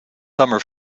summer